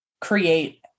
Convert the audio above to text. create